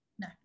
no